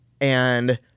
and-